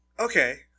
Okay